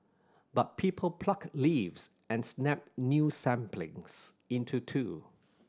but people pluck leaves and snap new saplings into two